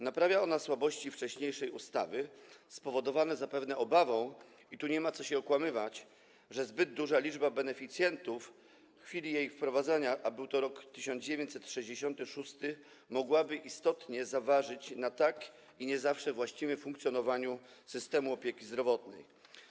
Naprawia ona słabości wcześniejszej ustawy spowodowane zapewne obawą - tu nie ma co się okłamywać - że zbyt duża liczba beneficjentów w chwili jej wprowadzenia, a był to rok 1996, mogłaby istotnie zaważyć na i tak nie zawsze właściwym funkcjonowaniu systemu opieki zdrowotnej.